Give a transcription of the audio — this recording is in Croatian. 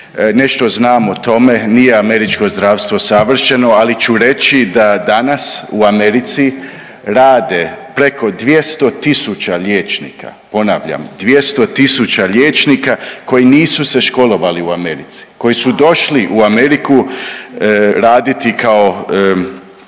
nešto znam o tome, nije američko zdravstvo savršeno, ali ću reći da danas u Americi rade preko 200.000 liječnika, ponavljam 200.000 liječnika koji nisu se školovali u Americi, koji su došli u Ameriku raditi kao